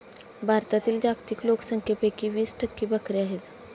भारतातील जागतिक लोकसंख्येपैकी वीस टक्के बकऱ्या आहेत